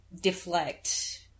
deflect